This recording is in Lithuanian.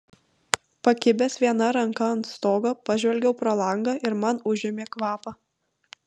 pakibęs viena ranka ant stogo pažvelgiau pro langą ir man užėmė kvapą